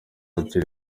ukiri